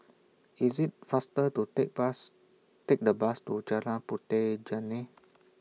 IS IT faster to Take Bus Take The Bus to Jalan Puteh Jerneh